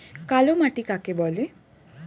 কালোমাটি কাকে বলে?